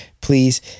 please